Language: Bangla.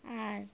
আর